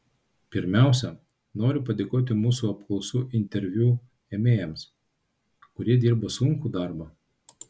pirmiausia noriu padėkoti mūsų apklausų interviu ėmėjams kurie dirba sunkų darbą